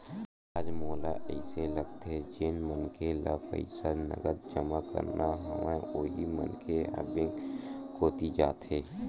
आज मोला अइसे लगथे जेन मनखे ल पईसा नगद जमा करना हवय उही मनखे ह बेंक कोती जाथे